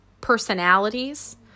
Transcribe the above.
personalities